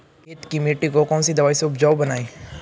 खेत की मिटी को कौन सी दवाई से उपजाऊ बनायें?